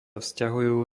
vzťahujú